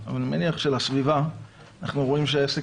אבל אני מניח שלסביבה אנחנו רואים שהעסק